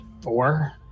four